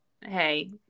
hey